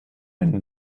einen